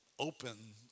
open